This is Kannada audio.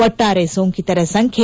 ಒಟ್ಲಾರೆ ಸೋಂಕಿತರ ಸಂಖ್ಯೆ